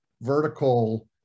vertical